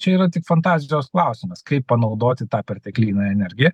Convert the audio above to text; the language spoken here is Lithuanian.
čia yra tik fantazijos klausimas kaip panaudoti tą perteklinę energiją